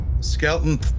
Skeleton